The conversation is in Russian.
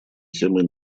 темой